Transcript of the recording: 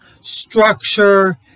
structure